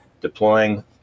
deploying